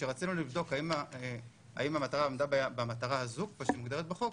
כשרצינו לבדוק אם המטרה עמדה במטרה הזו כפי שהיא מוגדרת בחוק,